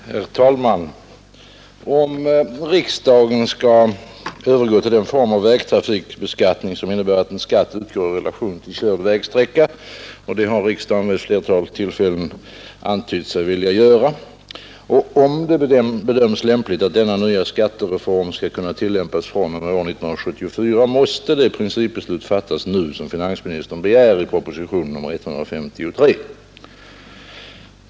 Herr talman! Om riksdagen skall övergå till den form av vägtrafikbeskattning, som innebär att en skatt utgår i relation till körd vägsträcka — och det har riksdagen vid flera tillfällen antytt att den vill göra — och om det bedöms lämpligt att denna nya skattereform skall kunna tillämpas fr.o.m. år 1974, måste det principbeslut fattas nu som finansministern begär i propositionen 153.